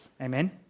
Amen